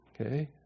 Okay